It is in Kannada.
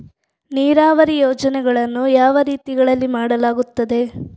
ನೀರಾವರಿ ಯೋಜನೆಗಳನ್ನು ಯಾವ ರೀತಿಗಳಲ್ಲಿ ಮಾಡಲಾಗುತ್ತದೆ?